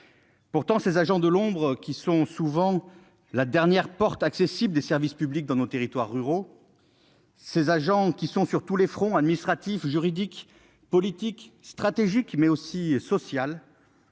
Pourtant ces agents de l'ombre qui sont souvent la dernière porte accessible des services publics dans nos territoires ruraux. Ces agents qui sont sur tous les fronts administratif, juridique, politique stratégique mais aussi social.